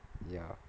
ya